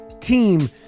team